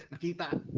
the but